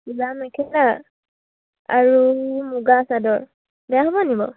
কলা মেখেলা আৰু মুগা চাদৰ বেয়া হ'ব নি বাৰু